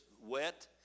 wet